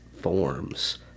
forms